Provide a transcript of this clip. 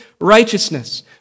righteousness